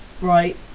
right